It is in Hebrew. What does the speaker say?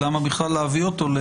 למה בכלל להביא אותו.